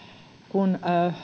kun